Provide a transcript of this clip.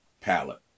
palette